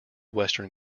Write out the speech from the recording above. western